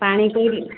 Panikoili